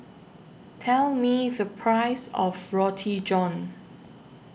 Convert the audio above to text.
Tell Me The Price of Roti John